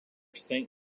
saint